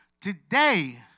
today